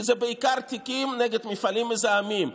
כי זה בעיקר תיקים נגד מפעלים מזהמים.